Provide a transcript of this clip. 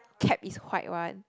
cap is white one